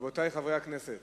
רבותי חברי הכנסת.